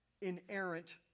inerrant